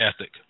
ethic